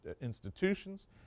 institutions